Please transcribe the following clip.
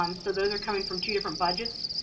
um so those are coming from two different budgets,